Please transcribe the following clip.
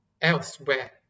elsewhere